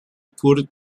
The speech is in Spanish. kurt